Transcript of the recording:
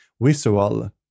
visual